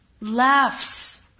laughs